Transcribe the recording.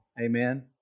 Amen